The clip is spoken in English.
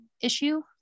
issue